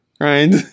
right